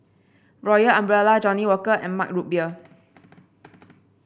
Royal Umbrella Johnnie Walker and Mug Root Beer